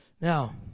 Now